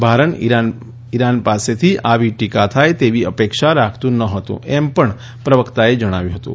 Bharat Iran પાસેથી આવી ટીકા થાય તેવી અપેક્ષા રાખતું નહોતું એમ પણ પ્રવકતાએ જણાવ્યું હતું